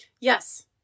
Yes